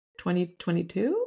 2022